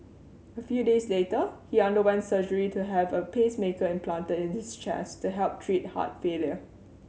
a few days later he underwent surgery to have a pacemaker implanted in his chest to help treat heart failure